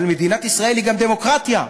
אבל מדינת ישראל היא גם דמוקרטיה,